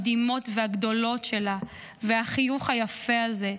המדהימות והגדולות שלה והחיוך היפה הזה,